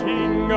King